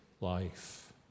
life